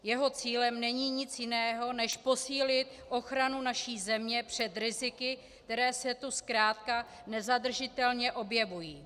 Jeho cílem není nic jiného než posílit ochranu naší země před riziky, která se tu zkrátka nezadržitelně objevují.